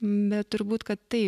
bet turbūt kad taip